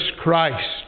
Christ